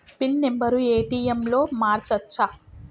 Pin number ATM లో మార్చచ్చా?